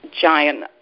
giant